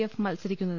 F മത്സരിക്കുന്നത്